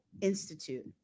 Institute